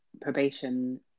probation